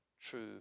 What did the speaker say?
true